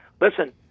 listen